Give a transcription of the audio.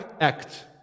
Act